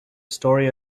story